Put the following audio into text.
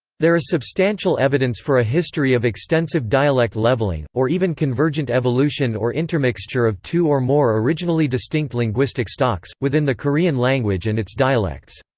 there is substantial evidence for a history of extensive dialect levelling, or even convergent evolution or intermixture of two or more originally distinct linguistic stocks, within the korean language and its dialects.